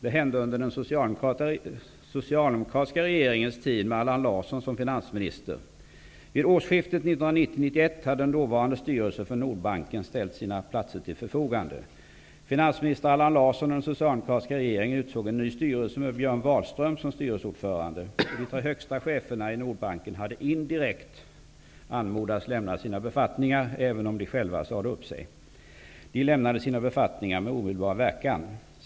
Det hände under den socialdemokratiska regeringens tid med Allan Larsson som finansminister. Vid årsskiftet 1990/91 hade den dåvarande styrelsen för Nordbanken ställt sina platser till förfogande. Finansminister Allan Larsson och den socialdemokratiska regeringen utsåg en ny styrelse med Björn Wahlström som styrelseordförande. De tre högsta cheferna i Nordbanken hade indirekt anmodats att lämna sina befattningar, även om de själva sade upp sig. De lämnade sina befattningar med omedelbar verkan.